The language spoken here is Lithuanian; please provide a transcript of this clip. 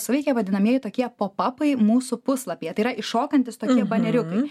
suveikė vadinamieji tokie pop apai mūsų puslapyje tai yra iššokantys tokie baneriukai